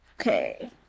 Okay